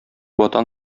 ватан